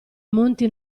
monti